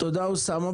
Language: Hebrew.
תודה אוסאמה,